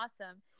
awesome